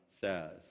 says